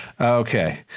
okay